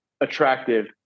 attractive